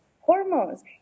Hormones